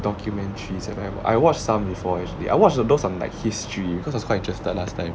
documentaries have I I have watch some before actually I watch those on like history because I was quite interested last time